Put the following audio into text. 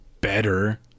better